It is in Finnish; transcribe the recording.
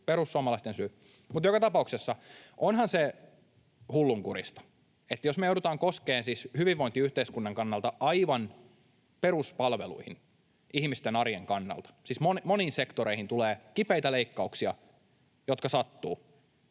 perussuomalaisten syy. Mutta joka tapauksessa onhan se hullunkurista, että jos me joudutaan koskemaan hyvinvointiyhteiskunnan aivan peruspalveluihin ihmisten arjen kannalta, kun siis moniin sektoreihin tulee kipeitä leikkauksia, jotka sattuvat,